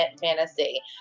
fantasy